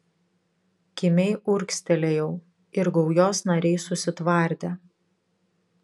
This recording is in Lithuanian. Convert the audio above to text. kimiai urgztelėjau ir gaujos nariai susitvardė